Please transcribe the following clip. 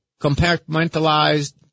compartmentalized